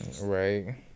Right